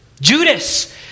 Judas